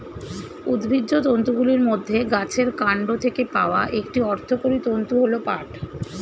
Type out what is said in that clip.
উদ্ভিজ্জ তন্তুগুলির মধ্যে গাছের কান্ড থেকে পাওয়া একটি অর্থকরী তন্তু হল পাট